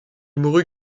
mourut